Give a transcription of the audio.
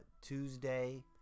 Tuesday